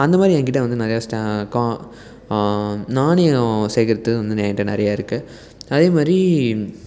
அந்தமாதிரி என் கிட்டே வந்து நிறையா ஸ்ட கா நாணயம் சேகரித்தது வந்து என் கிட்டே நிறையாருக்கு அதேமாதிரி